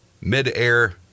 mid-air